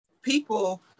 people